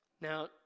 Now